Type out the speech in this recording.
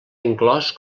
inclòs